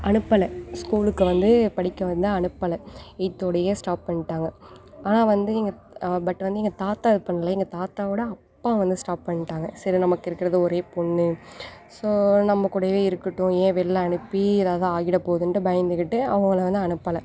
அனுப்பலை ஸ்கூலுக்கு வந்து படிக்க வந்து அனுப்பலை எயித்தோடையே ஸ்டாப் பண்ணிட்டாங்க ஆனால் வந்து எங்கள் பட் வந்து எங்கள் தாத்தா இது பண்ணல எங்கள் தாத்தாவோட அப்பா வந்து ஸ்டாப் பண்ணிட்டாங்க சரி நமக்கு இருக்கிறது ஒரே பெண்ணு ஸோ நம்மக்கூடவே இருக்கட்டும் ஏன் வெளில அனுப்பி எதாவது ஆகிட போகுதுன்ட்டு பயந்துக்கிட்டு அவங்கள வந்து அனுப்பலை